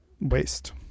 waste